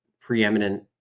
preeminent